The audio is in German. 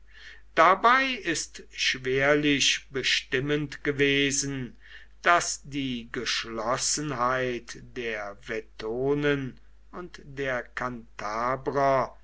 dabei ist schwerlich bestimmend gewesen daß die geschlossenheit der vettonen und der